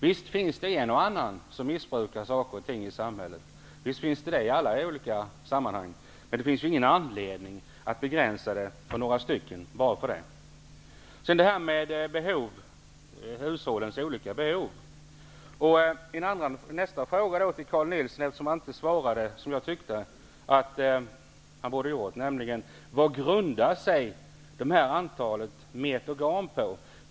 Visst finns det en och annan som missbrukar saker och ting i samhället, men det finns ingen anledning att göra begränsningar för några stycken bara för det. G Nilsson inte så som jag tyckte att han borde ha svarat. Vad grundar man sig på när det gäller antalet meter garn?